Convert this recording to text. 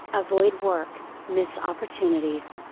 avoid work, miss opportunities.